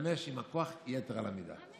להשתמש בכוח יתר על המידה,